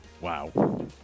Wow